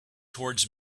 towards